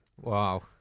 Wow